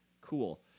cool